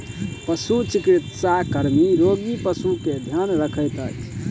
पशुचिकित्सा कर्मी रोगी पशु के ध्यान रखैत अछि